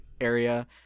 area